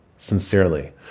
sincerely